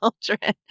children